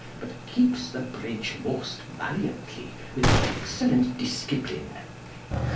but keepes the bridge most valiantly, with excellent discipline.